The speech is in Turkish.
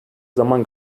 zaman